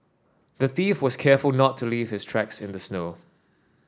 the thief was careful not to leave his tracks in the snow